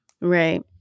Right